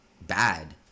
bad